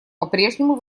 попрежнему